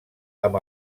amb